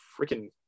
freaking